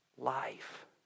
Life